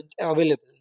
available